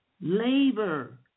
Labor